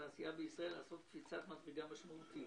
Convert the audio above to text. לתעשייה בישראל לעשות קפיצת מדרגה משמעותית.